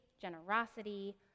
generosity